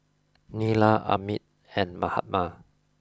Neila Amit and Mahatma